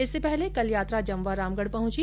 इससे पहले कल यात्रा जमवारामगढ़ पहुंची